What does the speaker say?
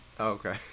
Okay